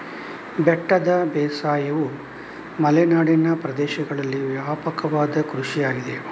ಬೆಟ್ಟದ ಬೇಸಾಯವು ಮಲೆನಾಡಿನ ಪ್ರದೇಶಗಳಲ್ಲಿ ವ್ಯಾಪಕವಾದ ಕೃಷಿಯಾಗಿದೆ